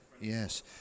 yes